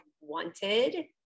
wanted